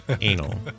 Anal